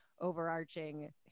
overarching